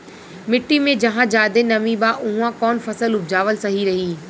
मिट्टी मे जहा जादे नमी बा उहवा कौन फसल उपजावल सही रही?